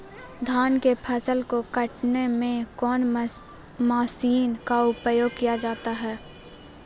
धान के फसल को कटने में कौन माशिन का उपयोग किया जाता है?